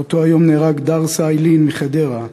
באותו היום נהרג דרסה איילין מחדרה,